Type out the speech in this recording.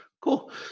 Cool